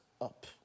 up